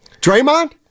Draymond